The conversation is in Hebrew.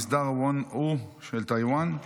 מסדר הוון-הו של טייוואן.